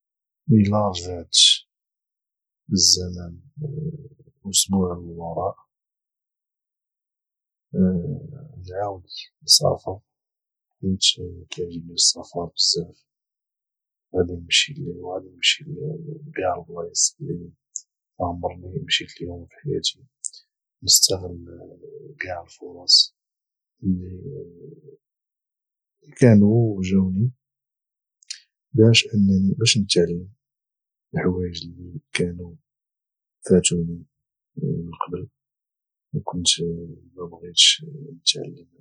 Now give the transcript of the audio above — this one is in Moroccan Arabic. الا رجعت بالزمن الاسبوع للوراء نعاود نسافر حيت كايعجبني السفر بزاف وغادي نمشي لكاع البلايص اللي معمرني مشيت لهم في حياتي ونستغل كاع الفرص اللي كانو جاوني باش نتعلم الحوايج اللي كانو فاتوني من قبل وكنت مبغيتش نتعلم لهم